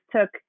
took